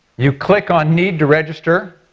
you click on need to register